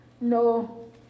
no